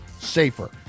safer